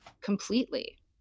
completely